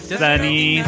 sunny